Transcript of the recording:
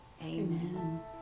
Amen